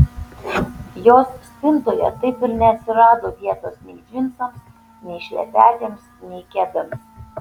jos spintoje taip ir neatsirado vietos nei džinsams nei šlepetėms nei kedams